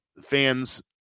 fans